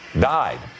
died